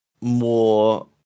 more